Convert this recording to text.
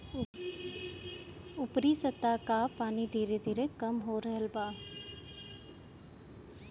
ऊपरी सतह कअ पानी धीरे धीरे कम हो रहल बा